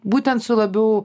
būtent su labiau